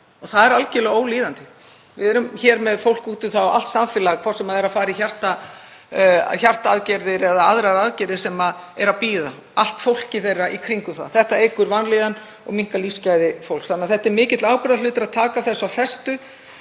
og það er algerlega ólíðandi. Við erum hér með fólk út um allt samfélag, hvort sem það er að fara í hjartaaðgerðir eða aðrar aðgerðir, sem er að bíða, og allt fólkið í kringum það. Þetta eykur vanlíðan og minnkar lífsgæði fólks. Það er því mikill ábyrgðarhluti að taka á þessu af festu